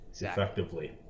effectively